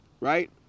right